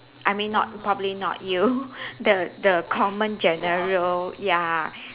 I mean not probably not you the the common general ya